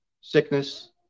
Sickness